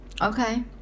Okay